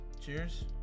cheers